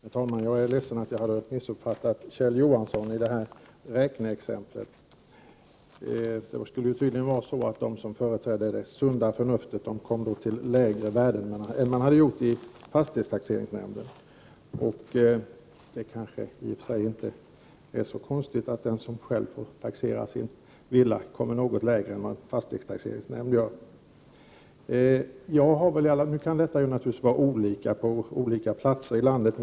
Herr talman! Jag är ledsen att jag missuppfattade Kjell Johansson när det gäller det aktuella räkneexemplet. De som företräder det sunda förnuftet kommer tydligen till lägre värden än fastighetstaxeringsnämnden kommit fram till. I och för sig är det kanske inte så konstigt att den som själv får taxera sin villa kommer till ett något lägre värde än fastighetstaxeringsnämnden skulle ha kommit fram till. Naturligtvis kan det finnas skillnader mellan olika platser i landet.